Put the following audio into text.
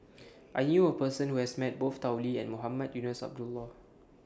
I knew A Person Who has Met Both Tao Li and Mohamed Eunos Abdullah